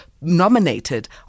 nominated